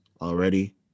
already